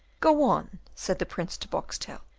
go on, said the prince to boxtel.